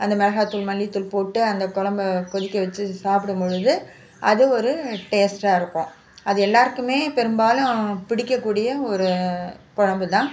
அந்த மிளகாத்தூள் மல்லித்தூள் போட்டு அந்த குழம்ப கொதிக்க வச்சு சாப்பிடும் பொழுது அது ஒரு டேஸ்டாக இருக்கும் அது எல்லாேருக்குமே பெரும்பாலும் பிடிக்க கூடிய ஒரு குழம்பு தான்